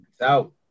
Out